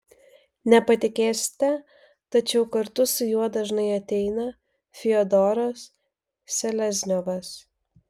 nepatikėsite tačiau kartu su juo dažnai ateina fiodoras selezniovas